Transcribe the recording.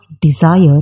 desire